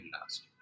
last